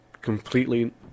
completely